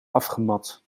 afgemat